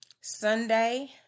Sunday